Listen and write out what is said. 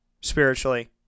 spiritually